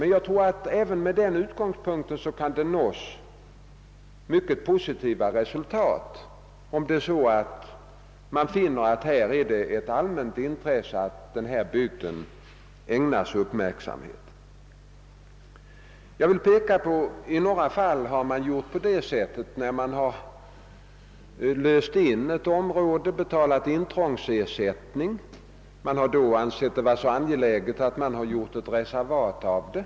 Men även med den utgångspunkten kan man uppnå mycket positiva resultat, om man finner att det föreligger ett allmänt intresse för att just denna bygd ägnas uppmärksamhet. När man har löst in ett område och betalat intrångsersättning, har man i några fall ansett det vara så angeläget att man gjort ett reservat av området.